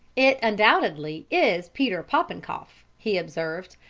it, undoubtedly, is peter popenkoff, he observed.